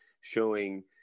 showing